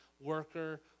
worker